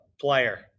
player